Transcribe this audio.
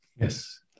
Yes